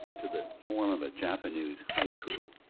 to the form of a japanese haiku,